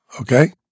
Okay